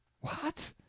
What